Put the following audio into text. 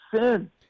sin